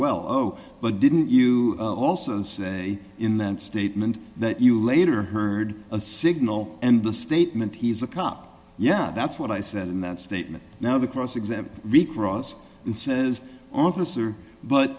well oh but didn't you also say in that statement that you later heard a signal and the statement he's a cop yeah that's what i said in that statement now the cross examine recross it says officer but